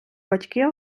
батьки